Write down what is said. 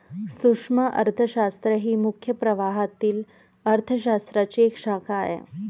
सूक्ष्म अर्थशास्त्र ही मुख्य प्रवाहातील अर्थ शास्त्राची एक शाखा आहे